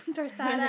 Dorsada